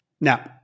Now